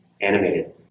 animated